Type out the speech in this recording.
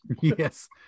Yes